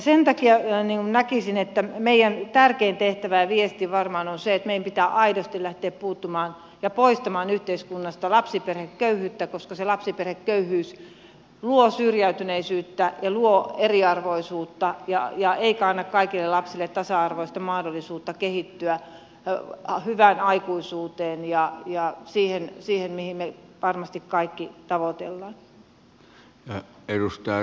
sen takia näkisin että meidän tärkein tehtävämme ja viestimme varmaan on se että meidän pitää aidosti lähteä puuttumaan ja poistamaan yhteiskunnasta lapsiperheköyhyyttä koska se lapsiperheköyhyys luo syrjäytyneisyyttä ja eriarvoisuutta eikä anna kaikille lapsille tasa arvoista mahdollisuutta kehittyä hyvään aikuisuuteen ja siihen mitä me varmasti kaikki tavoittelemme